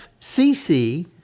FCC